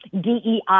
DEI